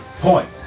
Point